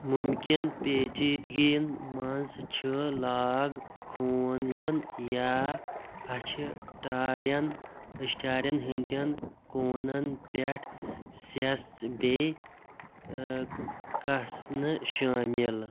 مُمکن پیچیٖدگِین منٛز چھِ لاگ خوٗن یُن یا اَچھِ ٹارٮ۪ن أچھ ٹارٮ۪ن ہٕنٛدٮ۪ن كوٗنن پٮ۪ٹھ سیٚس بیٚیہِ كسنہٕ شٲمِل